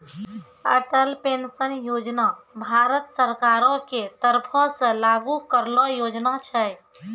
Atal pension Yojana Bharat सरकारो के तरफो से लागू करलो योजना छै